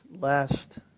last